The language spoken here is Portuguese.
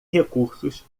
recursos